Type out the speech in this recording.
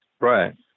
Right